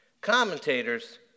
commentators